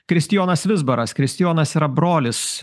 kristijonas vizbaras kristijonas yra brolis